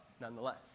nonetheless